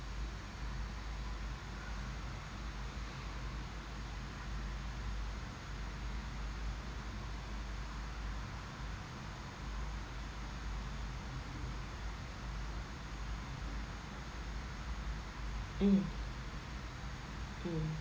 mm mm